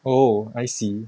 oh I see